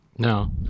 No